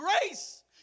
grace